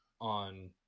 on